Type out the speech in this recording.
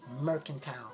Mercantile